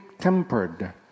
tempered